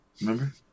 Remember